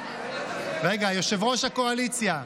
רגע, יושב-ראש הקואליציה.